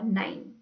nine